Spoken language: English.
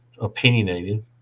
opinionated